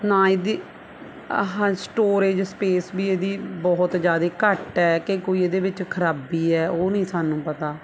ਨਾ ਇਹਦੀ ਹਾਂ ਆਹ ਸਟੋਰੇਜ਼ ਸਪੇਸ ਵੀ ਇਹਦੀ ਬਹੁਤ ਜ਼ਿਆਦਾ ਘੱਟ ਹੈ ਕਿ ਕੋਈ ਇਹਦੇ ਵਿੱਚ ਖ਼ਰਾਬੀ ਹੈ ਉਹ ਨਹੀਂ ਸਾਨੂੰ ਪਤਾ